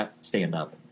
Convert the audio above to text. stand-up